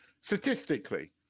statistically